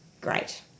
great